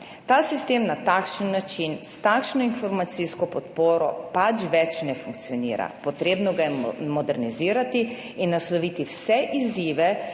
Ta sistem na takšen način, s takšno informacijsko podporo pač več ne funkcionira, treba ga je modernizirati in nasloviti vse izzive,